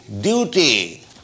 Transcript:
duty